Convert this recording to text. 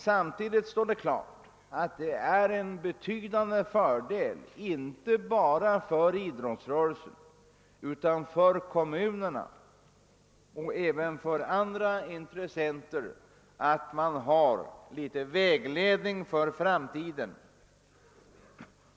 Samtidigt står det emellertid klart att det är en betydande fördel inte bara för idrottsrörelsen utan även för kommunerna och andra intressenter att man får vägledning för framtiden.